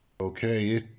Okay